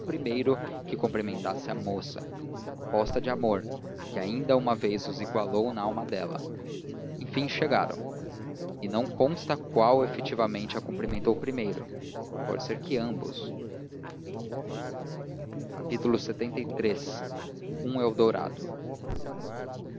o primeiro que cumprimentasse a moça aposta de amor que ainda uma vez os igualou na alma dela enfim chegaram e não consta qual efetivamente a cumprimentou primeiro pode ser que ambos lxxiii um eldorado no